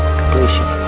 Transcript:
completion